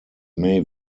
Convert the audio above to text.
may